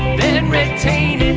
then retain